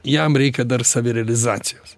jam reikia dar savirealizacijos